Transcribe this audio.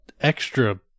extra